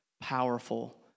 powerful